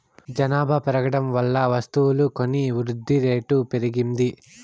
జనాలు పెరగడం వల్ల వస్తువులు కొని వృద్ధిరేటు పెరిగింది